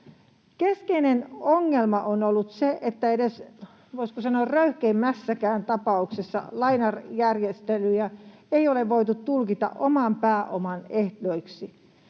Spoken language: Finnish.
Keskeinen ongelma on ollut se, että edes, voisiko sanoa, röyhkeimmässäkään tapauksessa lainajärjestelyjä ei ole voitu tulkita oman pääoman ehdoiksi.